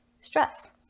stress